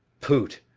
poot.